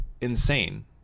insane